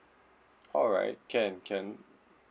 alright can can